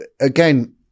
again